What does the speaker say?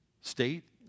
state